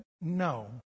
no